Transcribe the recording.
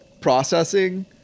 processing